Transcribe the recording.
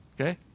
okay